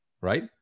right